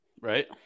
Right